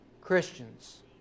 Christians